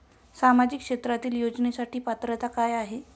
सामाजिक क्षेत्रांतील योजनेसाठी पात्रता काय आहे?